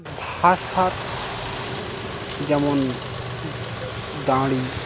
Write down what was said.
ভাষার যেমন দাঁড়ি